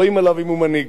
רואים עליו אם הוא מנהיג.